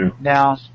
Now